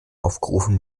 aufgerufen